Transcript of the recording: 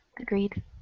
Agreed